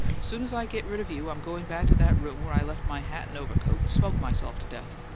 soon as i get rid of you i'm goin' back to that room where i left my hat and overcoat and smoke myself to death.